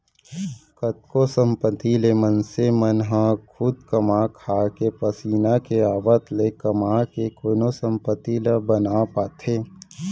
कतको संपत्ति ल मनसे मन ह खुद कमा खाके पसीना के आवत ले कमा के कोनो संपत्ति ला बना पाथे